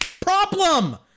problem